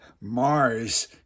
Mars